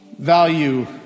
value